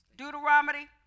Deuteronomy